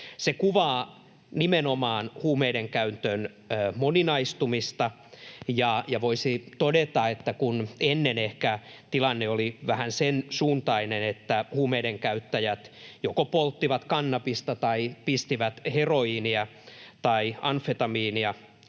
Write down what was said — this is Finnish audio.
Se kuvaa nimenomaan huumeiden käytön moninaistumista. Voisi todeta, että kun ehkä ennen tilanne oli vähän sensuuntainen, että huumeidenkäyttäjät joko polttivat kannabista tai pistivät heroiinia tai amfetamiinia,